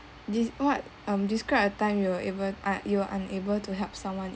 des~ what um describe a time you are able ah you are unable to help someone